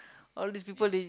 all this people they